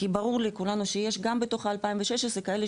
כי ברור לכולנו שיש גם בתוך ה-2,016 כאלה